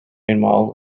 eenmaal